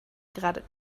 gerade